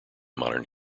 modern